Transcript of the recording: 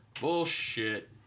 Bullshit